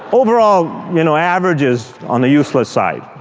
overall, you know, averages on the useless side.